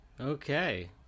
okay